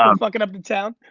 um fuckin' up the town?